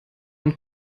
und